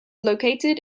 located